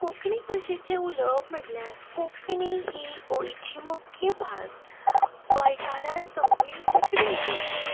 कोंकणी भाशेचें उलोवप म्हटल्यार कोंकणी ही गोंयची मुख्य भास गोंयकारां सगलीं कोंकणी उलयतात